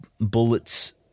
bullets